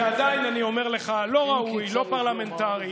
ועדיין אני אומר לך: לא ראוי, לא פרלמנטרי,